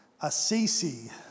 Assisi